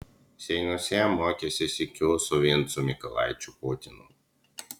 seinuose mokėsi sykiu su vincu mykolaičiu putinu